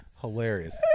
Hilarious